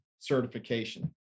certification